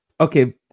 Okay